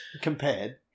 Compared